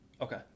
Okay